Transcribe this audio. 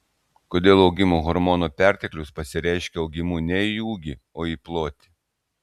kodėl augimo hormono perteklius pasireiškia augimu ne į ūgį o į plotį